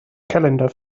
calendar